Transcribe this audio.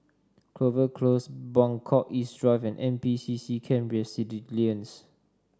Clover Close Buangkok East Drive and N P C C Camp Resilience